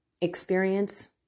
experience